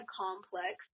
complex